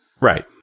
Right